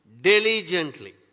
Diligently